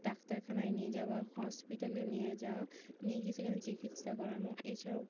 ডাক্তারখানায় নিয়ে যাওয়া হসপিটালে নিয়ে যাওয়া নিয়ে গিয়ে সেখানে চিকিৎসা করানো এছাড়াও